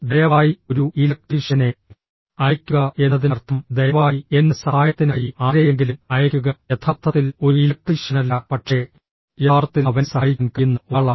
ദയവായി ഒരു ഇലക്ട്രീഷ്യനെ അയയ്ക്കുക എന്നതിനർത്ഥം ദയവായി എന്റെ സഹായത്തിനായി ആരെയെങ്കിലും അയയ്ക്കുക യഥാർത്ഥത്തിൽ ഒരു ഇലക്ട്രീഷ്യനല്ല പക്ഷേ യഥാർത്ഥത്തിൽ അവനെ സഹായിക്കാൻ കഴിയുന്ന ഒരാളാണ്